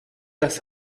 das